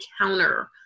counter